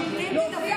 רוטר,